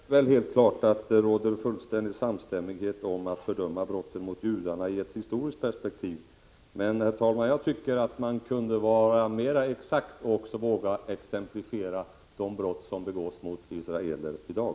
Herr talman! Det är väl alldeles klart att det råder fullständig samstämmighet om att fördöma brotten mot judarna i ett historiskt perspektiv. Men jag tycker, herr talman, att man kunde vara mera exakt och också våga 7 exemplifiera de brott som begås mot israeler i dag.